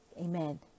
Amen